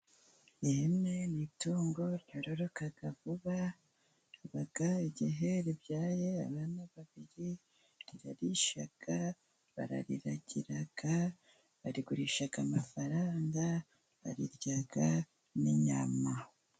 Ihene ni itungo ryororoka vuba haba igihe ribyaye abana babiri, rirarisha barariragira, barigurisha amafaranga barirya n'inyama.